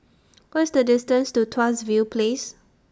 What IS The distance to Tuas View Place